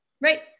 Right